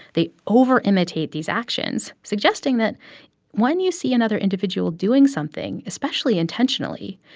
they overimitate these actions, suggesting that when you see another individual doing something, especially intentionally,